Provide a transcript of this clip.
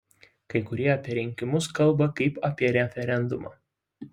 kai kurie apie rinkimus kalba kaip apie referendumą